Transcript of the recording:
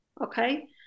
Okay